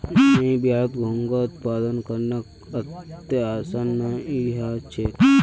नइ बिहारत घोंघा उत्पादन करना अत्ते आसान नइ ह छेक